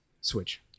Switch